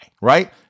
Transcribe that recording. right